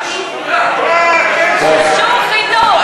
אבל למה לא חינוך?